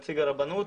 נציג הרבנות,